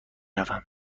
روم